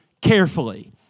carefully